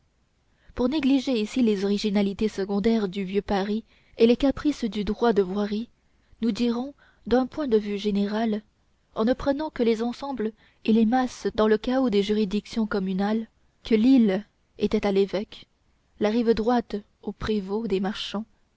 pour négliger ici les originalités secondaires du vieux paris et les caprices du droit de voirie nous dirons d'un point de vue général en ne prenant que les ensembles et les masses dans le chaos des juridictions communales que l'île était à l'évêque la rive droite au prévôt des marchands